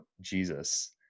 Jesus